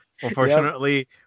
Unfortunately